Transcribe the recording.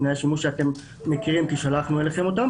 תנאי השימוש שאתם מכירים כי שלחנו אליכם אותם,